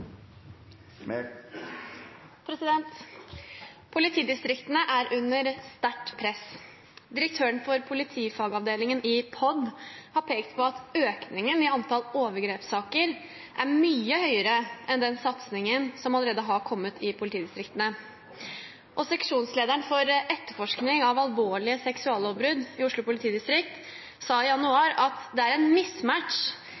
under sterkt press. Direktøren for politifagavdelingen i POD har pekt på at økningen i antallet overgrepssaker er mye høyere enn den satsingen som allerede har kommet i politidistriktene. Seksjonslederen for Seksjon for etterforskning av alvorlige seksuallovbrudd i Oslo politidistrikt sa i